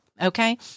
Okay